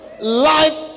life